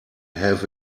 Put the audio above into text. have